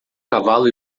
cavalo